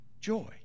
joy